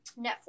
Netflix